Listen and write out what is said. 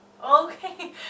Okay